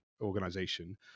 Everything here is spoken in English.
organization